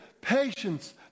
Patience